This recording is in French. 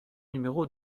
numéro